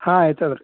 ಹಾಂ ಐತದ ರೀ